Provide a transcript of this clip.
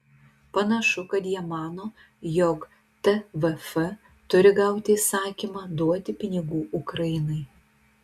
panašu kad jie mano jog tvf turi gauti įsakymą duoti pinigų ukrainai